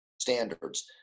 standards